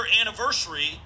anniversary